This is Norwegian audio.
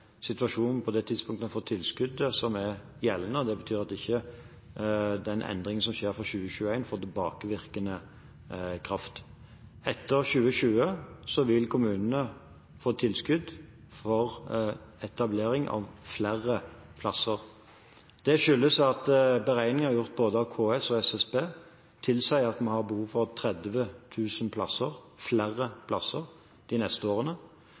situasjonen på det tidspunktet en får tilskuddet, som er gjeldende. Det betyr at den endringen som skjer fra 2021, ikke får tilbakevirkende kraft. Etter 2020 vil kommunene få tilskudd for etablering av flere plasser. Det skyldes at beregninger gjort av både KS og SSB tilsier at vi har behov for 30 000 plasser, flere plasser, de neste årene. Det betyr at kommunene, i løpet av de 22 årene